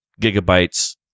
gigabytes